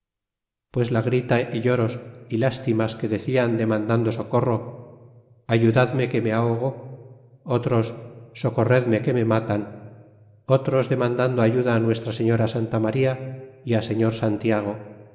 pues la grita y lloros y lástimas que decian demandando socorro ayudadme que me ahogo otros socorredme que me matan otros demandando ayuda á nuestra señora santa maría y á señor santiago